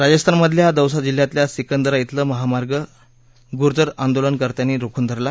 राजस्थानमधल्या दौसा जिल्ह्यातल्या सिंकदरा इथलं महामार्ग गुर्जर आंदोलनकर्त्यांनी रोखून धरला